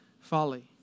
folly